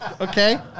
okay